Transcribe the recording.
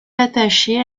attachée